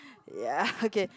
ya okay